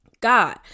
God